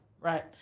right